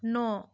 न'